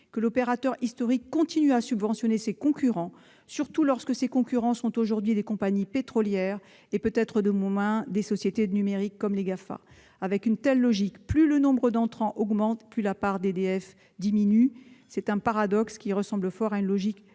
que l'opérateur historique continue à subventionner ses concurrents, surtout lorsque ces derniers sont aujourd'hui des compagnies pétrolières et seront peut-être, demain, des sociétés du numérique, comme les GAFA ? Avec une telle logique, plus le nombre des entrants augmente, plus la part de marché d'EDF baisse. Cela ressemble fort à une «